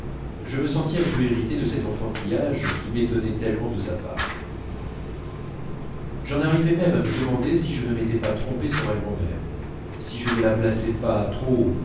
je me sentis un peu irrité de cet enfantillage qui m'étonnait tellement de sa part j'en arrivais même à me demander si je ne m'étais pas trompé sur ma grand'mère si je ne la plaçais pas trop haut